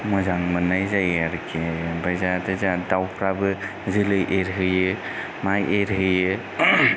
मोजां मोननाय जायो आरोखि आमफाय जाहाथे जोंहा दाउफ्राबो जोलै एरहोयो माइ एरहोयो